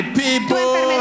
people